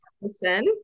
listen